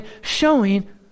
showing